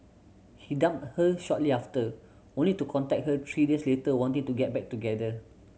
he dumped her shortly after only to contact her three days later wanting to get back together